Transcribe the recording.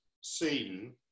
seen